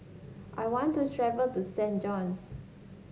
I want to travel to Saint John's